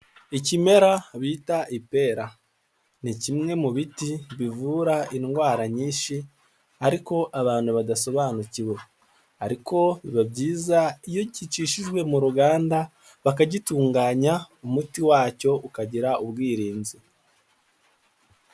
Ikimera bita ipera ni kimwe mu biti bivura indwara nyinshi ariko abantu badasobanukiwe, ariko biba byiza iyo gicishijwe mu ruganda bakagitunganya umuti wacyo ukagira ubwirinzi.